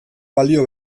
balio